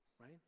right